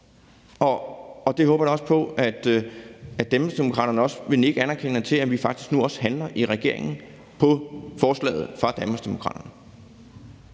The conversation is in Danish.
Jeg håber også, at Danmarksdemokraterne vil nikke anerkendende til, at vi i regeringen nu også handler på forslaget fra Danmarksdemokraterne.